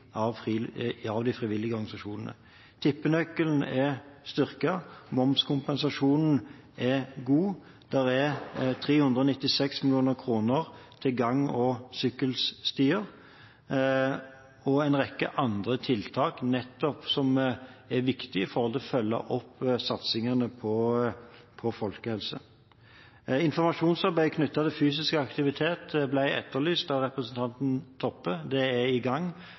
av de frivillige organisasjonene. Tippenøkkelen er styrket, momskompensasjonen er god. Det er 396 mill. kr til gang- og sykkelstier og en rekke andre tiltak som er viktige for å følge opp satsingen på folkehelse. Informasjonsarbeid knyttet til fysisk aktivitet ble etterlyst av representanten Toppe. Det er i gang.